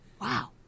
Wow